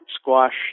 squash